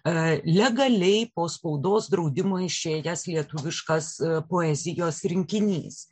legaliai po spaudos draudimo išėjęs lietuviškas poezijos rinkinys